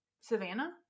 Savannah